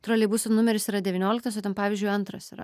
troleibuso numeris yra devynioliktas o ten pavyzdžiui antras yra